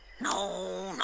No